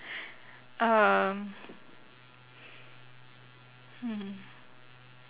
um mm